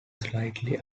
slightly